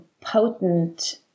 potent